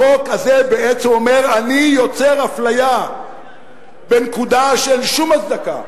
החוק הזה בעצם אומר: אני יוצר אפליה בנקודה שאין שום הצדקה